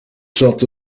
zat